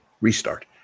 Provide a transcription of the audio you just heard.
restart